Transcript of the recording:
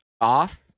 off